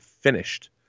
finished